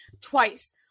twice